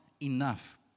enough